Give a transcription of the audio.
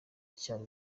cyari